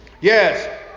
Yes